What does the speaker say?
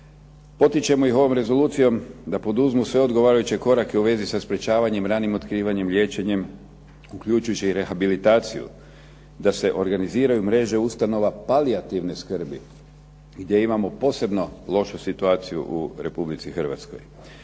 Potičemo ih ovom rezolucijom da poduzmu sve odgovarajuće korake u vezi sa sprečavanjem, ranim otkrivanjem, liječenjem uključujući i rehabilitaciju da se organiziraju mreže ustanova palijativne skrbi gdje imamo posebno lošu situaciju u Republici Hrvatskoj.